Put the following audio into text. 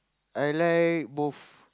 I like both